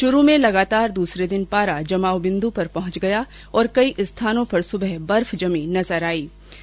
चूरू में लगातार दूसरे दिन पारा जमाव बिन्दु पर पहुंच गया और कई स्थानों पर सुबह बर्फ जमीं नजर आईे